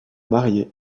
marié